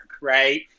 right